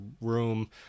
room